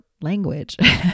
language